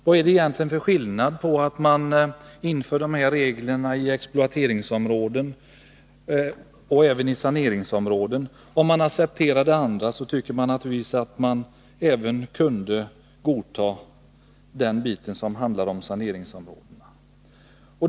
Vad är det egentligen för skillnad mellan att införa dessa regler i exploateringsområden och att göra det i saneringsområden? Om man accepterar det ena borde man naturligtvis även kunna godta den bit som gäller saneringsområdena.